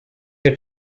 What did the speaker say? her